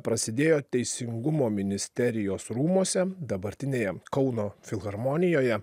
prasidėjo teisingumo ministerijos rūmuose dabartinėje kauno filharmonijoje